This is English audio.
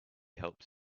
helps